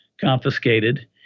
confiscated